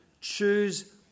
choose